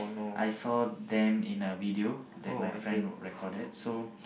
I saw them in a video that my friend recorded so